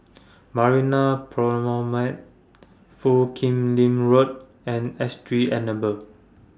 Marina Promenade Foo Kim Lin Road and S G Enable